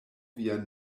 via